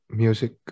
music